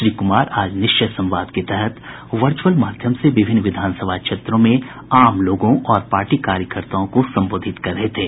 श्री कुमार आज निश्चय संवाद के तहत वचूर्अल माध्यम से विभिन्न विधानसभा क्षेत्रों में आम लोगों और पार्टी कार्यकर्ताओं को संबोधित कर रहे थे